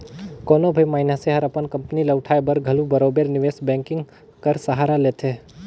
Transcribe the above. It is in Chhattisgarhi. कोनो भी मइनसे हर अपन कंपनी ल उठाए बर घलो बरोबेर निवेस बैंकिंग कर सहारा लेथे